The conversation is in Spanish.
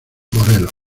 morelos